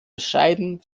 bescheiden